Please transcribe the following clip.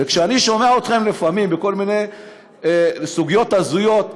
וכשאני שומע אתכם לפעמים בכל מיני סוגיות הזויות,